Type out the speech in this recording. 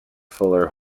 fuller